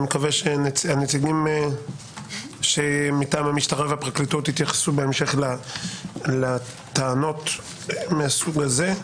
אני מקווה שמטעם המשטרה והפרקליטות יתייחסו בהמשך לטענות מהסוג הזה.